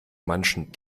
manchen